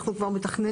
אנחנו כבר מתכננים,